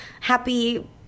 happy